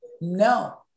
no